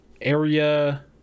area